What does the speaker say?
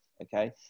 Okay